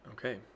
Okay